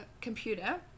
computer